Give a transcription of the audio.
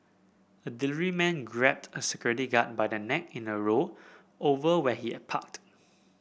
a delivery man grabbed a security guard by the neck in a row over where he had parked